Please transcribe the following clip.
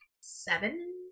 Seven